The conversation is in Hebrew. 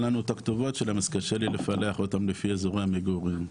לנו את הכתובות שלהם אז קשה לי לפלח אותם לפי אזורי המגורים.